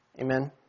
Amen